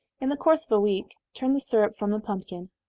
in the course of a week, turn the syrup from the pumpkin,